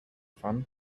fun